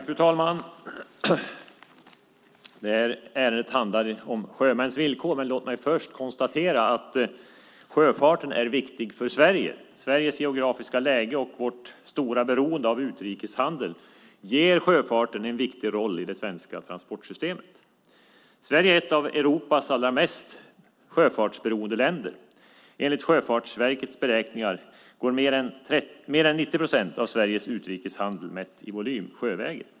Fru talman! Det här ärendet handlar om sjömäns villkor, men låt mig först konstatera att sjöfarten är viktig för Sverige. Sveriges geografiska läge och vårt stora beroende av utrikeshandel ger sjöfarten en viktig roll i det svenska transportsystemet. Sverige är ett av Europas allra mest sjöfartsberoende länder. Enligt Sjöfartsverkets beräkningar går mer än 90 procent av Sveriges utrikeshandel, mätt i volym, sjövägen.